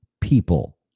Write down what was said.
people